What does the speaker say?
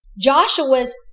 Joshua's